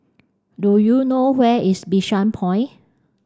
do you know where is Bishan Point